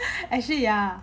actually ya